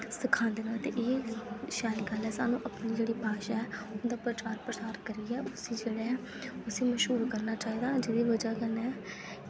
सखांदे न ते एह् शैल गल्ल ऐ सानूं जेह्ड़ी अपनी भाशा ऐ उ'दा प्रचार प्रसार करियै उस्सी जेह्ड़ा ऐ उस्सी मश्हूर करना चाहिदा जेह्दी ब'जा कन्नै